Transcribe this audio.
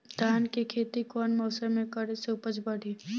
धान के खेती कौन मौसम में करे से उपज बढ़ी?